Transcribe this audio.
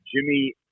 Jimmy